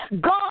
God